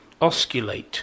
Osculate